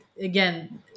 again